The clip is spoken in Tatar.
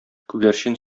күгәрчен